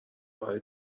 برا